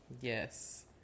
Yes